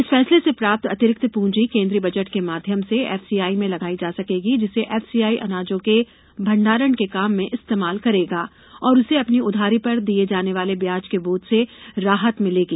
इस फैसले से प्राप्त अतिरिक्त प्रंजी केन्द्रीय बजट के माध्यम से एफसीआई में लगाई जा सकेगी जिसे एफसीआई अनाजों के भंडारण के काम में इस्तेमाल करेगा और उसे अपनी उधारी पर दिये जाने वाले ब्याज के बोझ से राहत मिलेगी